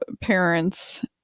parents